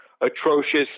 atrocious